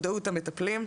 המטפלים,